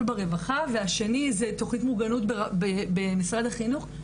ברווחה והשני זה תוכנית מוגנות במשרד החינוך,